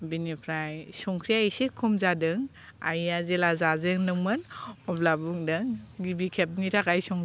बिनिफ्राय संख्रिया एसे खम जादों आइया जेला जाजेनदोंमोन अब्ला बुंदों गिबि खेबनि थाखाय